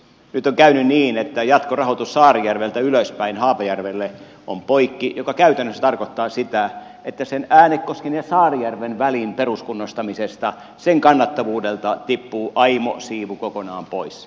nyt on käynyt niin että jatkorahoitus saarijärveltä ylöspäin haapajärvelle on poikki mikä käytännössä tarkoittaa sitä että sen äänekosken ja saarijärven välin peruskunnostamisen kannattavuudelta tippuu aimo siivu kokonaan pois